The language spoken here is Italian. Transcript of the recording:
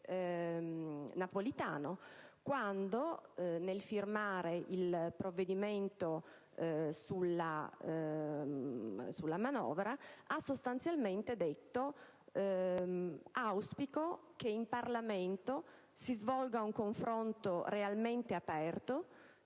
quando, nel firmare il provvedimento sulla manovra, ha sostanzialmente detto: auspico che in Parlamento si svolga un confronto realmente aperto,